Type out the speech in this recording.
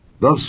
Thus